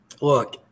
Look